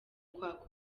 kwaka